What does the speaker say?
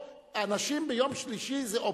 אנשים ביום שלישי, זה אופציה: